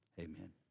amen